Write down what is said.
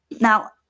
Now